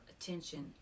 attention